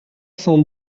cent